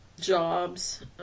jobs